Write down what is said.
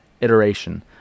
Iteration